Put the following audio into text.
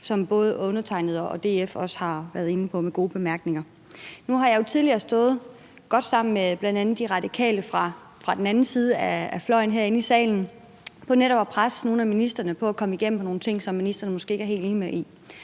som både undertegnede og DF også har været inde på med gode bemærkninger. Nu har jeg jo tidligere stået godt sammen med bl.a. De Radikale fra den anden fløj herinde i salen om netop at presse nogle af ministrene til at komme igennem med nogle ting, som ministrene måske ikke er helt enige i.